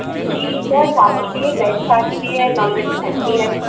جی sir تھالی بھی ہے ویج تھالی بھی ہے نان ویج تھالی بھی ہے